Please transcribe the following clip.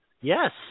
Yes